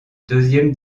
deuxième